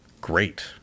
great